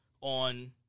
on